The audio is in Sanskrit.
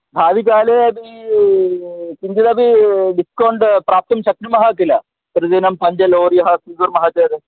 भाविकाले अपि किञ्चिदपि डिस्कौण्ट् प्राप्तुं शक्नुमः किल प्रतिदिनं पञ्चलोरियः स्वीकुर्मः चेद्